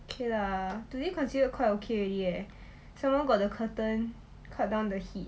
okay lah today considered quite okay eh somemore got the curtain cut down the heat